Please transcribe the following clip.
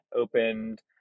opened